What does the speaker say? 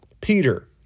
Peter